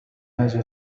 هذه